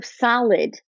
solid